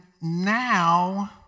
now